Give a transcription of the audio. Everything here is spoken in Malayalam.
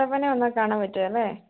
കട്ടപ്പന വന്നാൽ കാണാൻ പറ്റുമല്ലേ